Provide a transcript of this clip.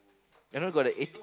I know got the e~